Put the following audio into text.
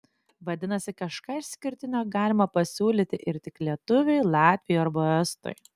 vadinasi kažką išskirtinio galima pasiūlyti ir tik lietuviui latviui arba estui